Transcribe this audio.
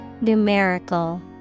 Numerical